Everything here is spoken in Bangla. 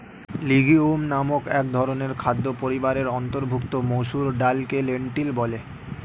লিগিউম নামক একধরনের খাদ্য পরিবারের অন্তর্ভুক্ত মসুর ডালকে লেন্টিল বলে